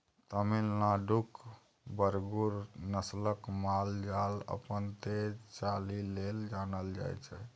तमिलनाडुक बरगुर नस्लक माल जाल अपन तेज चालि लेल जानल जाइ छै